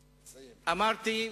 אמרתי,